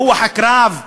רוח הקרב,